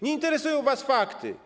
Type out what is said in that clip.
Nie interesują was fakty.